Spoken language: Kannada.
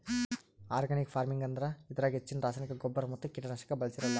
ಆರ್ಗಾನಿಕ್ ಫಾರ್ಮಿಂಗ್ ಅಂದ್ರ ಇದ್ರಾಗ್ ಹೆಚ್ಚಿನ್ ರಾಸಾಯನಿಕ್ ಗೊಬ್ಬರ್ ಮತ್ತ್ ಕೀಟನಾಶಕ್ ಬಳ್ಸಿರಲ್ಲಾ